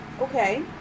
Okay